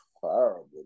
terrible